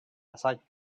aside